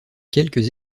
quelques